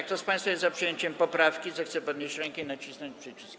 Kto z państwa jest za przyjęciem poprawki, zechce podnieść rękę i nacisnąć przycisk.